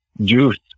juice